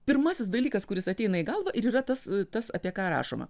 pirmasis dalykas kuris ateina į galvą ir yra tas tas apie ką rašoma